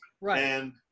Right